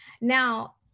Now